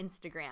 Instagram